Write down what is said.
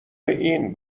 این